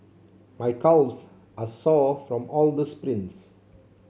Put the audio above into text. my calves are sore from all the sprints